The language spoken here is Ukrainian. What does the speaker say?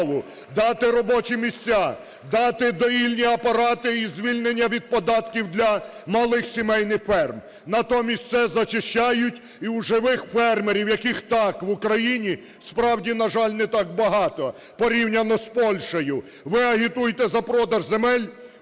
дати робочі місця, діти доїльні апарати і звільнення від податків для малих сімейних ферм. Натомість все зачищають, і у живих фермерів, яких, так, в Україні справді, на жаль, не так багато порівняно з Польщею, ви агітуєте за продаж земель.